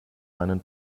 einen